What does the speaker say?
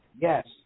Yes